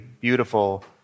beautiful